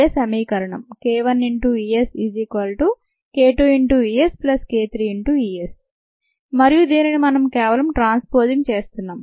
k1ESk2ESk3ES మరియు దీనిని మనం కేవలం ట్రాన్స్పోసింగ్ చేస్తున్నాం